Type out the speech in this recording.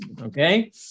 okay